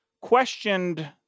questioned